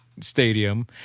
stadium